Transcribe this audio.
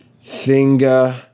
Finger